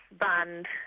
band